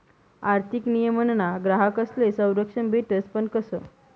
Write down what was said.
आर्थिक नियमनमा ग्राहकस्ले संरक्षण भेटस पण कशं